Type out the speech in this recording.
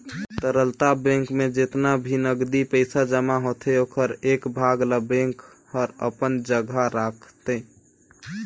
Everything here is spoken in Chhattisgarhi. तरलता बेंक में जेतना भी नगदी पइसा जमा होथे ओखर एक भाग ल बेंक हर अपन जघा राखतें